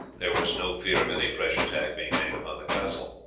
there was no fear of any fresh attack being made upon the castle.